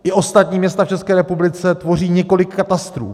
I ostatní města v České republice tvoří několik katastrů.